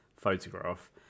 photograph